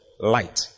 light